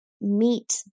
meet